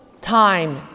time